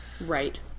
right